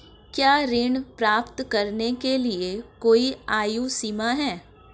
क्या ऋण प्राप्त करने के लिए कोई आयु सीमा है?